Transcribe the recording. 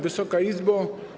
Wysoka Izbo!